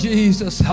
Jesus